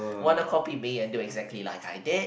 wanna to copy me and do exactly like I did